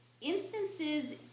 instances